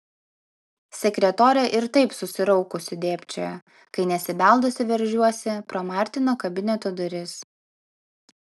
sekretorė ir taip susiraukusi dėbčioja kai nesibeldusi veržiuosi pro martino kabineto duris